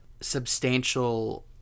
substantial